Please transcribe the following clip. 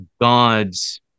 God's